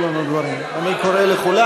כבר היו לנו דברים: אני קורא לכולם,